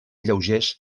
lleugers